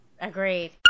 Agreed